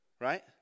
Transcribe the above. Right